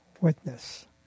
witness